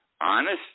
honest